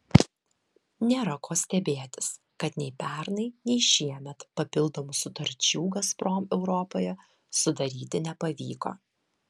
nėra ko stebėtis kad nei pernai nei šiemet papildomų sutarčių gazprom europoje sudaryti nepavyko